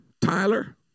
Tyler